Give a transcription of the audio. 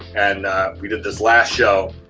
and we did this last show,